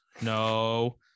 no